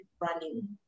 running